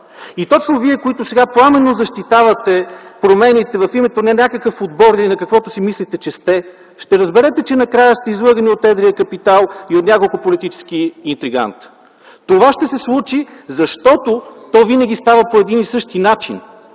И точно вие, които сега пламенно защитавахте промените в името не на някакъв отбор, или на каквото си мислите, че сте, ще разберете, че накрая сте излъгани от едрия капитал и от няколко политически интриганта. Това ще се случи, защото то винаги става по един и същи начин.